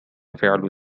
فعل